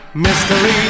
Mystery